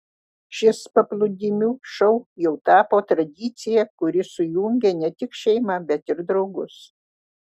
šis paplūdimių šou jau tapo tradicija kuri sujungia ne tik šeimą bet ir draugus